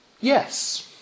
Yes